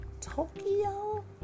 Tokyo